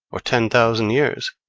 or ten thousand years.